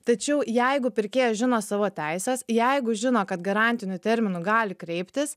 tačiau jeigu pirkėjas žino savo teises jeigu žino kad garantiniu terminu gali kreiptis